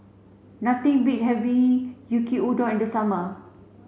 nothing beat having Yaki udon in the summer